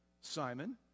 Simon